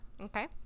Okay